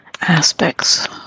aspects